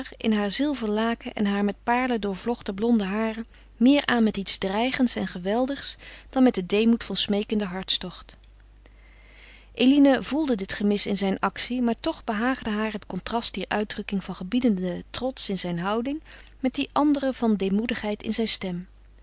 in haar zilverlaken en haar met paarlen doorvlochten blonde haren meer aan met iets dreigends en geweldigs dan met den deemoed van smeekenden hartstocht eline voelde dit gemis in zijn actie maar toch behaagde haar het contrast dier uitdrukking van gebiedenden trots in zijn houding met die andere van deemoedigheid in zijn stem